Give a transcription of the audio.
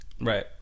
Right